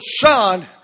son